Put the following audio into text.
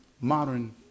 modern